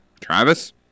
Travis